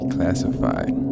Classified